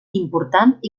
important